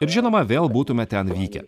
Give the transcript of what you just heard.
ir žinoma vėl būtume ten vykę